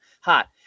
hot